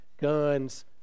Guns